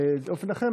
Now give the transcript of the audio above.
לאופן אחר,